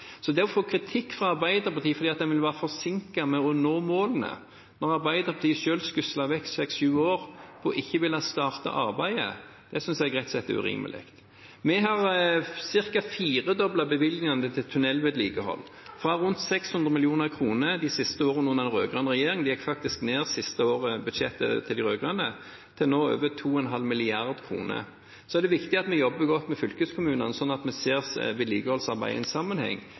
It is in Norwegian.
Så å få kritikk fra Arbeiderpartiet for at en vil være forsinket med å nå målene, når Arbeiderpartiet selv skuslet vekk seks, sju år på ikke å ville starte arbeidet, synes jeg rett og slett er urimelig. Vi har ca. firedoblet bevilgningene til tunnelvedlikehold, fra rundt 600 mill. kr de siste årene under den rød-grønne regjeringen – budsjettet til de rød-grønne gikk faktisk ned det siste året – til nå over 2,5 mrd. kr. Det er viktig at vi jobber godt med fylkeskommunene, slik at vi ser vedlikeholdsarbeidet i en sammenheng.